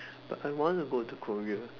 but I want to go to Korea